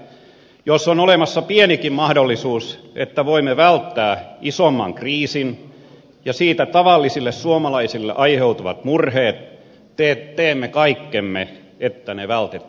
jos on olemassa pienikin mahdollisuus että voimme välttää isomman kriisin ja siitä tavallisille suomalaisille aiheutuvat murheet teemme kaikkemme että ne vältettäisiin